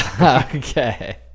Okay